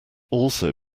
also